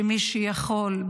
שמי שיכול,